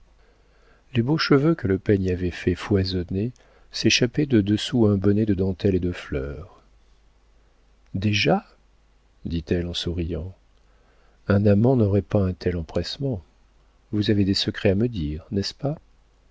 les beaux cheveux que le peigne avait fait foisonner s'échappaient de dessous un bonnet de dentelle et de fleurs déjà dit-elle en souriant un amant n'aurait pas un tel empressement vous avez des secrets à me dire n'est-ce pas